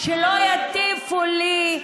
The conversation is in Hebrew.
שלא יטיפו לי.